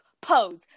Pose